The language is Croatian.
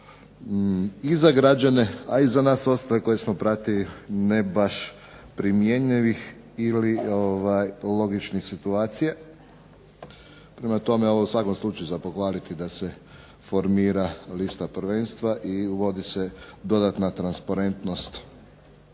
i za građane a i za nas ostale koji smo pratili ne baš primjenjivih ili logičnih situacija. Prema tome, ovo je u svakom slučaju za pohvaliti da se formira lista prvenstva i uvodi se dodatna transparentnost